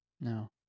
No